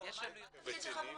מה התפקיד שלך במכבי?